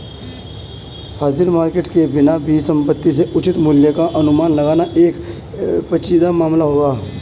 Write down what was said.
हाजिर मार्केट के बिना भी संपत्ति के उचित मूल्य का अनुमान लगाना एक पेचीदा मामला होगा